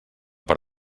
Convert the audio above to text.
per